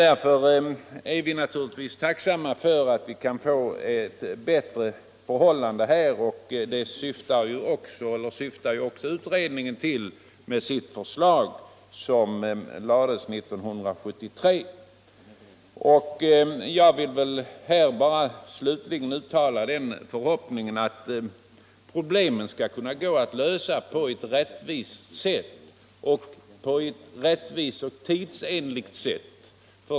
Därför är vi naturligtvis tacksamma för att förhållandena blir bättre, och det syftar också utredningen till med sitt förslag, som presenterades 1973. Jag vill uttala den förhoppningen att problemen skall kunna lösas på ett rättvist och tidsenligt sätt.